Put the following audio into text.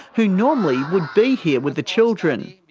who normally would be here with the children.